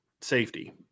safety